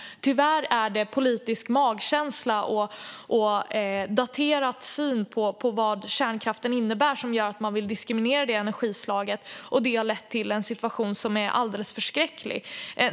Tyvärr är det politisk magkänsla och daterad syn på vad kärnkraften innebär som gör att man vill diskriminera det energislaget, och detta har lett till en situation som är alldeles förskräcklig.